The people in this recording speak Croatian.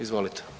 Izvolite.